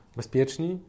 bezpieczni